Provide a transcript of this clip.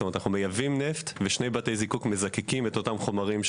אנחנו מייבאים נפט ושני בתי הזיקוק מזקקים את אותם חומרים,